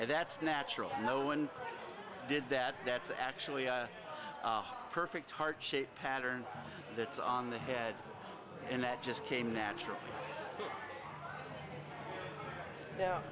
and that's natural no one did that that's actually a perfect heart shaped pattern that's on the head and that just came natural dow